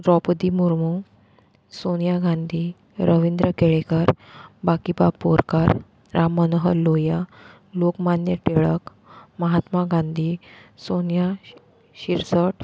द्रोपती मुर्मू सोनया गांधी रवींद्र केळेकर बाकीबाब बोरकार राम मनोहर लोहिया लोकमान्य टीळक माहात्मा गांधी सोनया शिर्श शिर्सट